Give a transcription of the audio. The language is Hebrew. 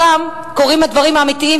שם קורים הדברים האמיתיים,